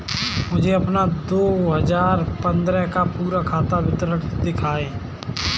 मुझे अपना दो हजार पन्द्रह का पूरा खाता विवरण दिखाएँ?